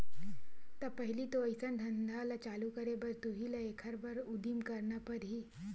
त पहिली तो अइसन धंधा ल चालू करे बर तुही ल एखर बर उदिम करना परही